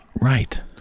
Right